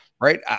Right